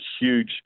huge